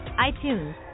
iTunes